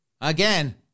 Again